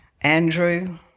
Andrew